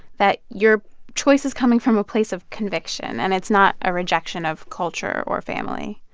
that your choice is coming from a place of conviction. and it's not a rejection of culture or family.